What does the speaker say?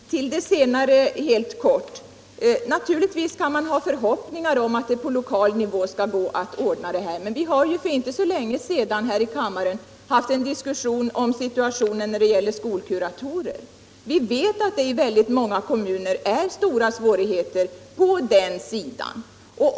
Herr talman! Till det senaste vill jag helt kort säga: Naturligtvis kan man ha förhoppningar om att det skall gå att ordna det hela på lokal nivå. Vi har för inte länge sedan haft en diskussion om situationen när det gäller skolkuratorer. Vi vet att det i många kommuner finns stora svårigheter därvidlag.